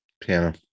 piano